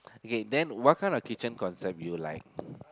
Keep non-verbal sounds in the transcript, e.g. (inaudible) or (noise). okay then what kind of kitchen concept you like (breath)